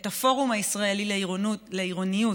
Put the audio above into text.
את הפורום הישראלי לעירוניות,